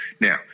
Now